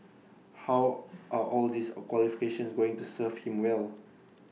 how are all these A qualifications going to serve him well